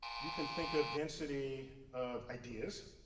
you can think of density of ideas.